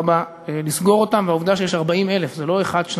להיות חלק בהגנה על מדינת ישראל בזמנים קשים,